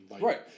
Right